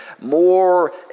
more